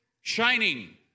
shining